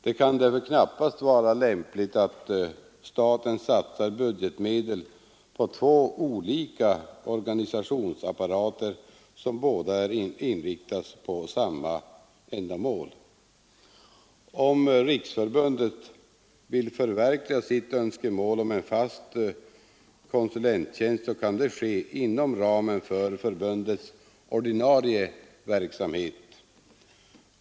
Det kan därför knappast vara lämpligt att staten satsar budgetmedel på två olika organisationsapparater, som båda inriktas på samma ändamål. Om riksförbundet vill förverkliga sitt önskemål om en fast konsulenttjänst, kan det ske inom ramen för förbundets ordinarie verksamhet.